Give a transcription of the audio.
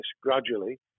gradually